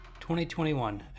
2021